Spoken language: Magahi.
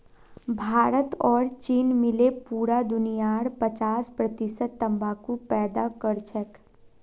भारत और चीन मिले पूरा दुनियार पचास प्रतिशत तंबाकू पैदा करछेक